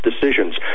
decisions